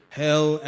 hell